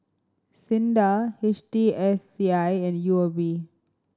SINDA H T S C I and U O B